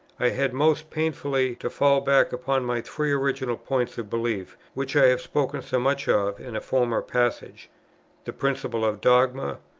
i had, most painfully, to fall back upon my three original points of belief, which i have spoken so much of in a former passage the principle of dogma,